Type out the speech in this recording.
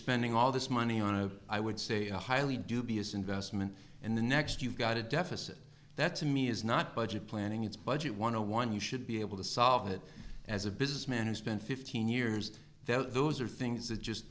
spending all this money on a i would say a highly dubious investment and the next you've got a deficit that to me is not budget planning it's budget want to one you should be able to solve it as a business man who spent fifteen years though those are things that just